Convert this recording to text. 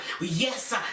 Yes